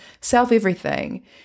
self-everything